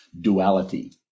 duality